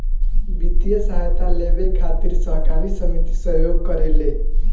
वित्तीय सहायता लेबे खातिर सहकारी समिति सहयोग करेले